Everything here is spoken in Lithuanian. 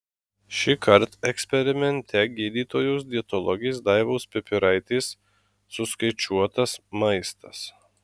šįkart eksperimente gydytojos dietologės daivos pipiraitės suskaičiuotas maistas